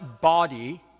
body